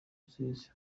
rusizi